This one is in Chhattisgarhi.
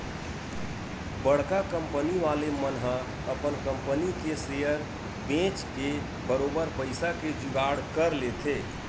बड़का कंपनी वाले मन ह अपन कंपनी के सेयर बेंच के बरोबर पइसा के जुगाड़ कर लेथे